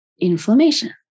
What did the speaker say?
inflammation